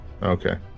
okay